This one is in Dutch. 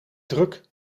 druk